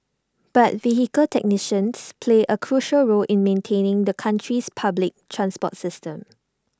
but vehicle technicians play A crucial role in maintaining the country's public transport system